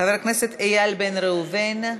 חבר הכנסת איל בן ראובן,